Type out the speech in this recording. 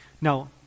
Now